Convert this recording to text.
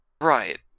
Right